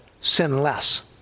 sinless